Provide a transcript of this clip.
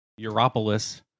Europolis